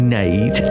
need